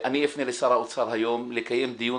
אני אפנה לשר האוצר היום לקיים דיון